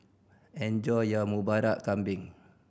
enjoy your Murtabak Kambing